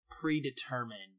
predetermined